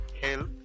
help